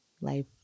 life